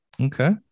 Okay